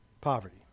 poverty